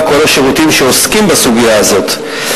וכל השירותים שעוסקים בסוגיה הזאת.